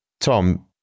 Tom